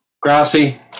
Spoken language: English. Grassy